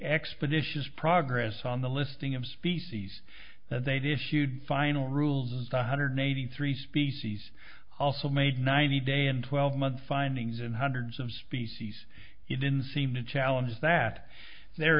expeditious progress on the listing of species that they did shoot final rules one hundred eighty three species also made ninety day in twelve month findings and hundreds of species it didn't seem to challenge that there